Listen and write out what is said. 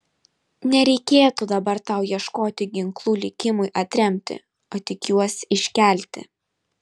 nereikėtų dabar tau ieškoti ginklų likimui atremti o tik juos iškelti